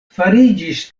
fariĝis